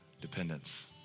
dependence